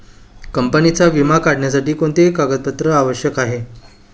कंपनीचा विमा काढण्यासाठी कोणते कागदपत्रे आवश्यक आहे?